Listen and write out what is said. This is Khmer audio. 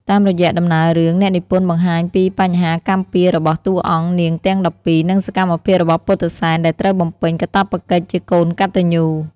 តាមរយៈដំណើររឿង អ្នកនិពន្ធបង្ហាញពីបញ្ហាកម្មពៀររបស់តួអង្គនាងទាំង១២ និងសកម្មភាពរបស់ពុទ្ធិសែនដែលត្រូវបំពេញកាតព្វកិច្ចជាកូនកត្តញ្ញូ។